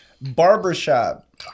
barbershop